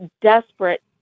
desperate